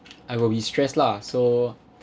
I will be stress lah so